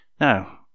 Now